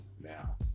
now